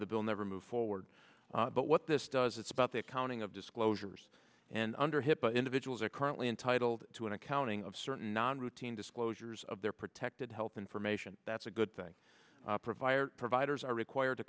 the bill never move forward but what this does it's about the accounting of disclosures and under hipaa individuals are currently entitled to an accounting of certain non routine disclosures of their protected health information that's a good thing provided providers are required to